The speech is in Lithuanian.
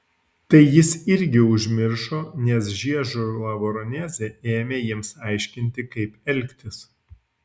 tai jis irgi užmiršo nes žiežula veronezė ėmė jiems aiškinti kaip elgtis